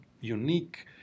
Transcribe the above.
unique